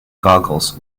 goggles